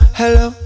hello